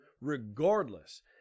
Regardless